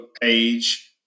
page